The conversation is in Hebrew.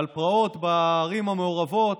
פרעות בערים המעורבות?